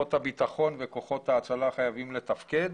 כוחות הביטחון וכוחות ההצלה חייבים לתפקד.